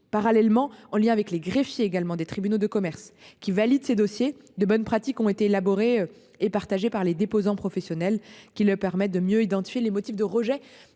parallèlement en lien avec les greffiers également des tribunaux de commerce qui valide ses dossiers de bonnes pratiques ont été élaborés et partagée par les déposants professionnel qui leur permettent de mieux identifier les motifs de rejet.